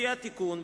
לפי התיקון,